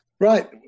Right